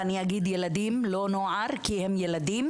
ואני אגיד ילדים לא נוער כי הם ילדים,